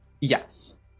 yes